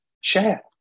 Share